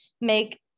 make